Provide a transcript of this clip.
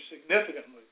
significantly